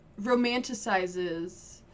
romanticizes